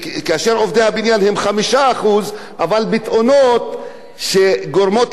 אבל בתאונות שגורמות למוות הם 10%, פי-שניים.